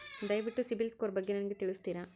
ದಯವಿಟ್ಟು ಸಿಬಿಲ್ ಸ್ಕೋರ್ ಬಗ್ಗೆ ನನಗೆ ತಿಳಿಸ್ತೀರಾ?